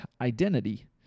identity